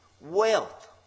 wealth